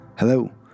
Hello